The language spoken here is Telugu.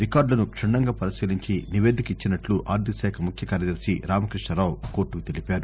రికార్డులను క్షుణ్ణంగా పరిశీలించి నివేదిక ఇచ్చినట్లు ఆర్థిక శాఖ ముఖ్య కార్యదర్ది రామకృష్ణారావు కోర్టుకు తెలిపారు